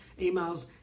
Emails